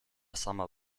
sama